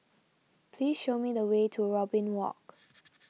please show me the way to Robin Walk